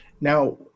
now